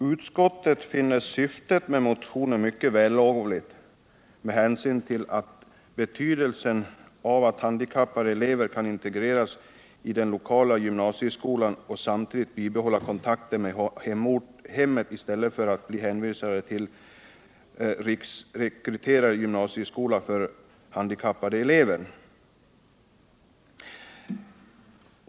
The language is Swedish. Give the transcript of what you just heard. Utskottet finner syftet med motionen mycket vällovligt, med hänsyn till betydelsen av att handikappade elever kan integreras i den lokala gymnasieskolan och samtidigt bibehålla kontakten med hemmet i stället för att bli hänvisade till riksrekryterande gymnasieskola för handikappade elever.